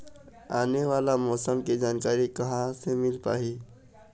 आने वाला मौसम के जानकारी कहां से मिल पाही?